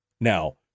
Now